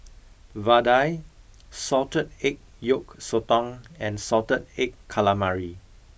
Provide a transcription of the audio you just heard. vadai salted egg yolk sotong and salted egg calamari